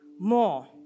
more